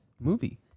movie